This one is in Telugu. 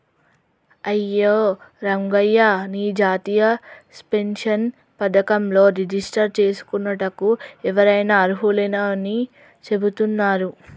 అయ్యో రంగయ్య నీ జాతీయ పెన్షన్ పథకంలో రిజిస్టర్ చేసుకోనుటకు ఎవరైనా అర్హులేనని చెబుతున్నారు